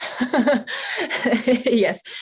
Yes